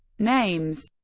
names